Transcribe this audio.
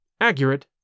Accurate